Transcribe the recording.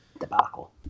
debacle